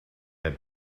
had